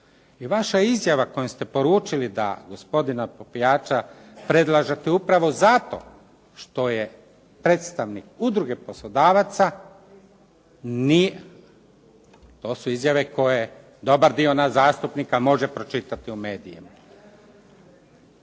I vaša izjava kojom ste poručili da gospodina Popijača predlažete upravo zato što je predstavnik Udruge poslodavaca. To su izjave koje dobar dio nas zastupnika može pročitati u medijima.